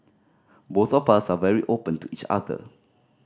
both of us are very open to each other